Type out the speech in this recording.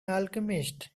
alchemist